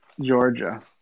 Georgia